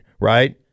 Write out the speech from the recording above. Right